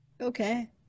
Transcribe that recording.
okay